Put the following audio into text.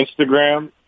Instagram